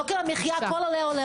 יוקר המחייה עולה,